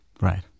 Right